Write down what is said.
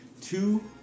two